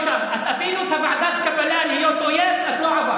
אפילו את ועדת הקבלה להיות אויב את לא עברת.